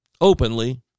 openly